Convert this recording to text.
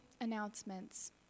announcements